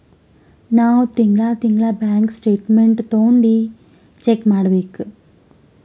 ನಾವ್ ತಿಂಗಳಾ ತಿಂಗಳಾ ಬ್ಯಾಂಕ್ ಸ್ಟೇಟ್ಮೆಂಟ್ ತೊಂಡಿ ಚೆಕ್ ಮಾಡ್ಬೇಕ್